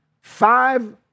Five